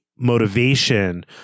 motivation